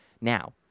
Now